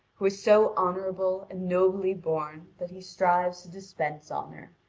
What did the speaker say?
who is so honourable and nobly born that he strives to dispense honour.